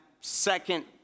second